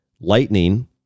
Lightning